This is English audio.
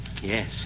Yes